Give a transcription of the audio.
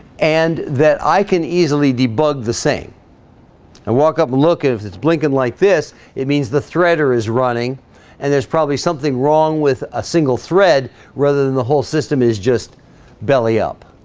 and that i can easily debug the same and walk up and look at if it's blinking like this it means the threader is running and there's probably something wrong with a single thread rather than the whole system is just belly-up